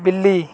ਬਿੱਲੀ